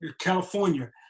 California